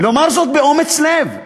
לומר זאת באומץ לב.